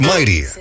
Mighty